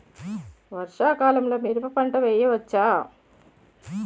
వర్షాకాలంలో మిరప పంట వేయవచ్చా?